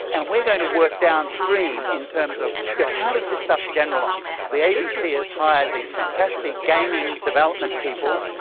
and we are going to work downstream in terms of yeah how does this stuff generalise. the abc has hired these fantastic gaming development people,